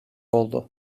oldu